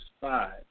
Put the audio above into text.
five